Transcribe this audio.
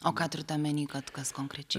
o ką turit omeny kad kas konkrečiai